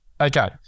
Okay